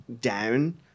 down